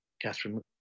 Catherine